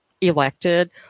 elected